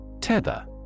Tether